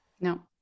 No